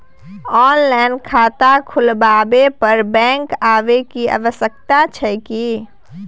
Online खाता खुलवैला पर बैंक आबै के आवश्यकता छै की?